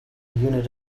unit